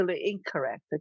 incorrect